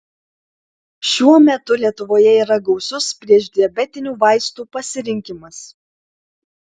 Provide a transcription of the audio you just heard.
šiuo metu lietuvoje yra gausus priešdiabetinių vaistų pasirinkimas